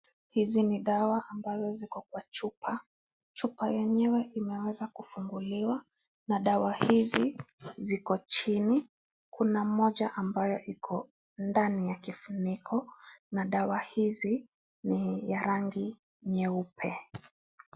Hizi ni dawa ambazo ziko kwa chupa, chupa yenyewe imeweza kufunguliwa na dawa hizi ziko chini, kuna moja ambayo iko ndani ya kifuniko na dawa hizi ni ya rangi ya nyeupe.